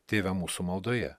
tėve mūsų maldoje